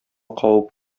кабып